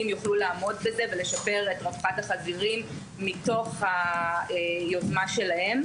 יוכלו לעמוד בזה ולשפר את רווחת החזירים מתוך היוזמה שלהם.